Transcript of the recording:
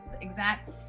exact